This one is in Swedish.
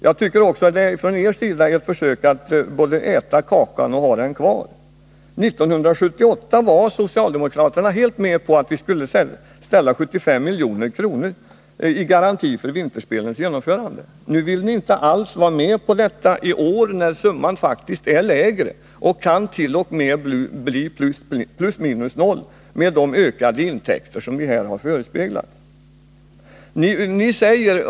Jag tycker också att det är ett försök från er sida att både äta kakan och ha den kvar. År 1978 var socialdemokraterna helt med på att vi skulle ställa 75 mil j. kr.i garanti för vinterspelens genomförande. Nu vill ni inte alls vara med på detta, när summan faktiskt är lägre och t.o.m. kan bli plus minus noll med de ökande intäkter som här har förespeglats.